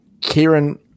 Kieran